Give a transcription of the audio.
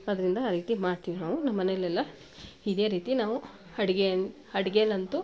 ಆದ್ದರಿಂದ ಆ ರೀತಿ ಮಾಡ್ತೀವಿ ನಾವು ನಮ್ಮನೆಯಲ್ಲೆಲ್ಲ ಇದೇ ರೀತಿ ನಾವು ಅಡುಗೆ ಅಡುಗೆಯಲ್ಲಂತೂ